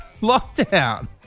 lockdown